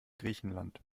griechenland